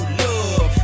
love